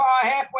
halfway